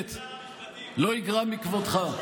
באמת לא יגרע מכבודך.